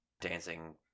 dancing